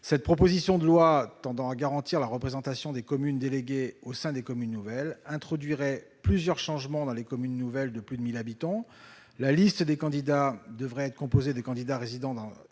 cette proposition de loi tendant à garantir la représentation des communes déléguées au sein des communes nouvelles introduirait plusieurs changements dans les communes nouvelles de plus de 1000 habitants, la liste des candidats devrait être composée de candidats résidant dans